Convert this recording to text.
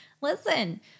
Listen